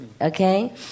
Okay